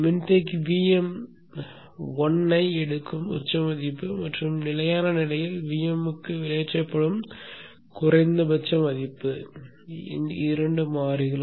மின்தேக்கி Vm1 ஐ எடுக்கும் உச்ச மதிப்பு மற்றும் நிலையான நிலையில் Vm2 க்கு வெளியேற்றப்படும் குறைந்தபட்ச மதிப்பு இரண்டு மாறிகள்